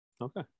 okay